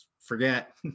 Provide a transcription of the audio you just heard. forget